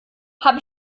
habe